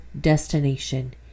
destination